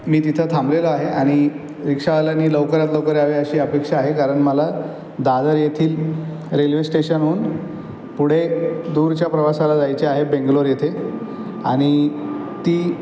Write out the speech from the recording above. मी तिथं थांबलेलो आहे आणि रिक्षावाल्यानी लवकरात लवकर यावे अशी अपेक्षा आहे कारण मला दादर येथील रेल्वेस्टेशनहून पुढे दूरच्या प्रवासाला जायचे आहे बेंगलोर येथे आणि ती